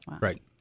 Right